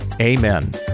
Amen